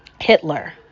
Hitler